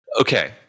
Okay